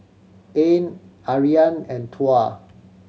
Ain Aryan and Tuah